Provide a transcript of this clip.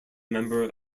member